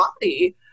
body